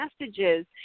messages